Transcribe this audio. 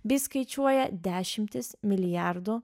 bei skaičiuoja dešimtis milijardų